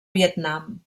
vietnam